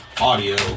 audio